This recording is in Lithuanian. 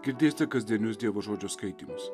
girdėsite kasdienius dievo žodžio skaitymus